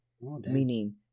meaning